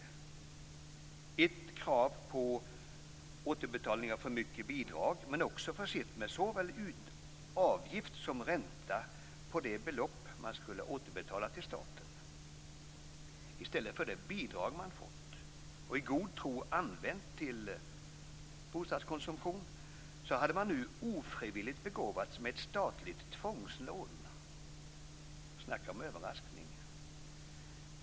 De fick ett krav på återbetalning av för högt bidrag, och det var också försett med såväl avgift som ränta på det belopp man skulle återbetala till staten. I stället för det bidrag man fått och i god tro använt till bostadskonsumtion hade man nu ofrivilligt begåvats med ett statligt tvångslån. Snacka om överraskning!